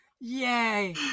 Yay